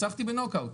ניצחת בנוק אאוט.